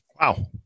Wow